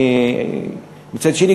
מצד שני,